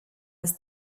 was